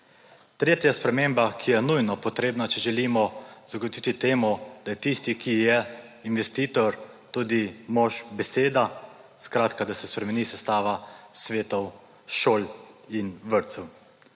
Tretja sprememba, ki je nujno potrebna, če želimo zagotoviti temu, da je tisti, ki je investitor, tudi mož beseda, skratka da se spremeni sestava svetov šol in vrtcev.